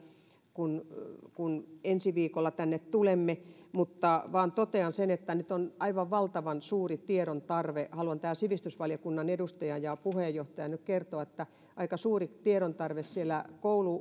kun kun ensi viikolla tänne tulemme mutta vain totean sen että nyt on aivan valtavan suuri tiedontarve haluan sivistysvaliokunnan edustajana ja puheenjohtajana nyt kertoa tämän että aika suuri tiedontarve siellä